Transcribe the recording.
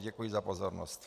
Děkuji za pozornost.